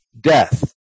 death